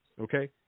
okay